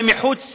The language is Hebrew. זה מחוץ